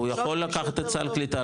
הוא יכול לקחת את הסל קליטה,